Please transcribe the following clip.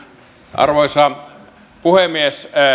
arvoisa puhemies